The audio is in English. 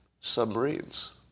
Submarines